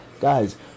Guys